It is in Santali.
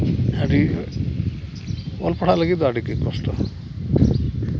ᱟᱹᱰᱤ ᱚᱞ ᱯᱟᱲᱦᱟᱜ ᱞᱟᱹᱜᱤᱫ ᱫᱚ ᱟᱹᱰᱤ ᱜᱮ ᱠᱚᱥᱴᱚ